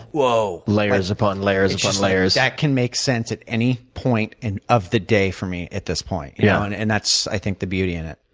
whoa. layers upon layers upon layers. that can make sense at any point and of the day for me at this point, yeah and and that's i think the beauty in it.